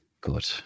Good